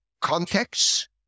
contexts